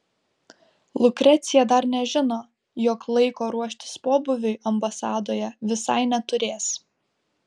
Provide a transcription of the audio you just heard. lukrecija dar nežino jog laiko ruoštis pobūviui ambasadoje visai neturės